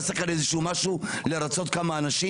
אבל אנחנו עדיין צריכים לזכור,